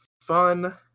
fun